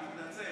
אני מתנצל,